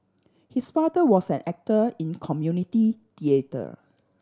his father was an actor in community theatre